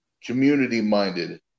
Community-minded